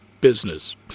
business